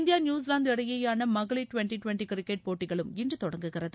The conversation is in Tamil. இந்தியா நியூசிலாந்து இடையேயான மகளிர் டுவென்டி கிரிக்கெட் போட்டிகளும் இன்று தொடங்குகிறது